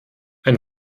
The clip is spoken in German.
ein